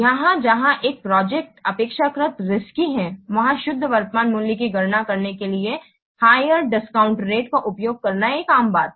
यहां जहां एक प्रोजेक्ट अपेक्षाकृत रिस्की है वहां शुद्ध वर्तमान मूल्य की गणना करने के लिए हायर डिस्काउंट रेट का उपयोग करना एक आम बात है